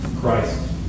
Christ